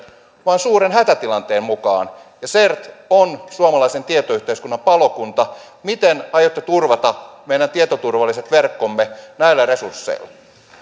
vaan suuren hätätilanteen mukaan ja cert on suomalaisen tietoyhteiskunnan palokunta miten aiotte turvata meidän tietoturvalliset verkkomme näillä resursseilla